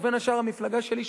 ובין השאר המפלגה שלי,